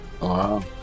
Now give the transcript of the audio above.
Wow